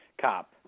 cop